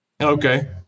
Okay